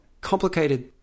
complicated